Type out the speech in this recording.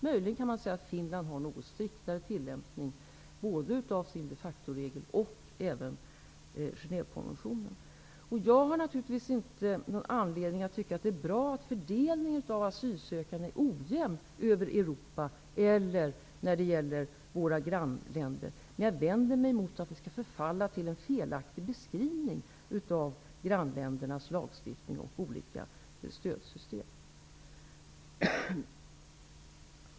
Möjligen kan man säga att Finland har en något striktare tillämpning både av sin de facto-regel och Jag har naturligtvis inte någon anledning att tycka att det är bra att fördelningen av de asylsökande är ojämn mellan länder i Europa eller mellan våra grannländer. Men jag vänder mig emot att vi skall förfalla till en felaktig beskrivning av grannländernas lagstiftning och olika stödsystem.